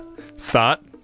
Thought